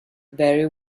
very